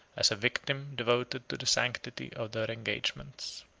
as a victim devoted to the sanctity of their engagements.